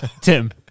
Tim